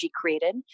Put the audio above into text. created